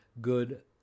good